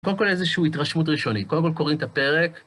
קודם כל איזושהי התרשמות ראשונית, קודם כל קוראים את הפרק.